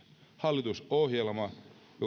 hallitusohjelma joka